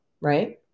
right